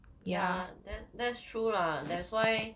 yeah that's true lah that's why